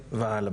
עשרה והלאה.